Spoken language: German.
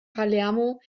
palermo